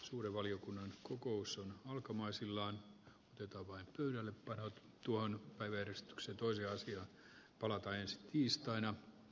suuren valiokunnan kokous on alkamaisillaan jota voi kyllä tuon päiväjärjestyksen toisia asiaan palataan ensi tiistain